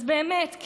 אז באמת,